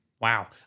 Wow